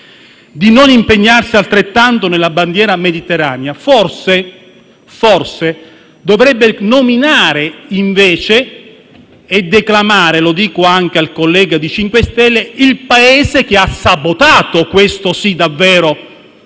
si impegnano altrettanto nella frontiera mediterranea, forse dovrebbe nominare, invece, e declamare - lo dico anche al collega dei 5 Stelle - il Paese che ha sabotato - questo sì davvero